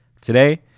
Today